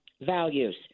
values